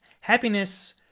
Happiness